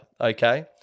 Okay